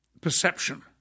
perception